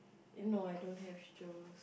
no I don't have Joe